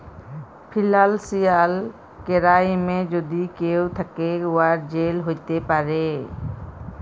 financial কেরাইমে যদি কেউ থ্যাকে, উয়ার জেল হ্যতে পারে